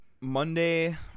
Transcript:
Monday